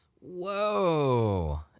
Whoa